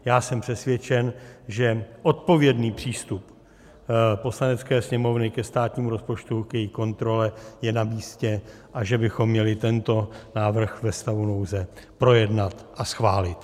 Já jsem přesvědčen, že odpovědný přístup Poslanecké sněmovny ke státnímu rozpočtu, k její kontrole je namístě a že bychom měli tento návrh ve stavu nouze projednat a schválit.